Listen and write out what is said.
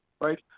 right